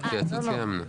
לגבי מה שציינו.